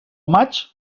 maig